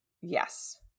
Yes